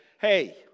Hey